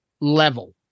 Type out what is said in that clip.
level